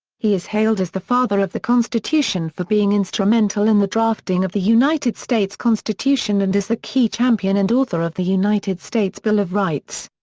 he is hailed as the father of the constitution for being instrumental in the drafting of the united states constitution and as the key champion and author of the united states bill of rights.